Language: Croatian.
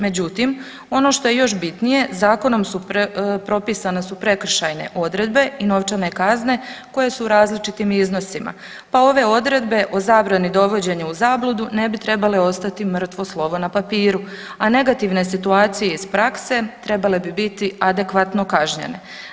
Međutim, ono što je još bitnije zakonom su propisane su prekršajne odredbe i novčane kazne koje su u različitim iznosima, pa ove odredbe o zabrani dovođenja u zabludu ne bi trebale ostati mrtvo slovo na papiru, a negativne situacije iz prakse trebale bi biti adekvatno kažnjene.